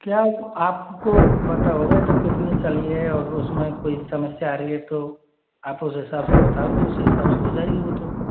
क्या आपको पता होगा ये तो कितनी चली है और उसमें कोई समस्या आ रही है तो आप उस हिसाब से बताओगे उस हिसाब से हो जाएगी वो तो